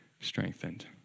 strengthened